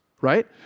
right